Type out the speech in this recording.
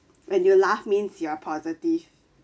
when you laugh means you are positive